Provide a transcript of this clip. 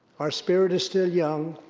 our spirit is still young,